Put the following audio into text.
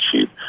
cheap